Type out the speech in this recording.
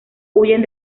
huyen